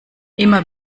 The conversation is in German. immer